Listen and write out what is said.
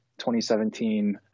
2017